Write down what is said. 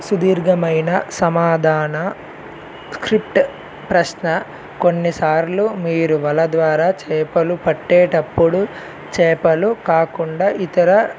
సుదీర్ఘమైన సమాధాన స్క్రిప్ట్ ప్రశ్న కొన్నిసార్లు మీరు వల ద్వారా చేపలు పట్టేటప్పుడు చేపలు కాకుండా ఇతర